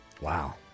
Wow